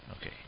Okay